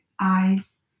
eyes